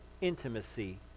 intimacy